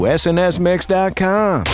snsmix.com